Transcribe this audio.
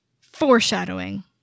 foreshadowing